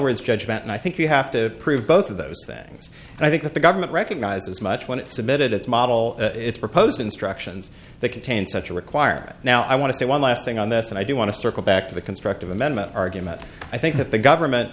words judgment and i think you have to prove both of those things and i think that the government recognizes much when it submitted its model its proposed instructions that contain such a requirement now i want to say one last thing on this and i do want to circle back to the constructive amendment argument i think that the government